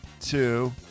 Two